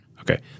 Okay